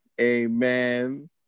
amen